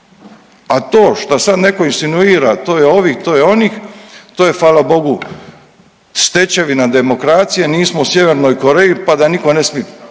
a to što sad netko insinuira to je ovih, to je onih, to je hvala bogu stečevina demokracije. Nismo u sjevernoj Koreji pa da nitko ne smije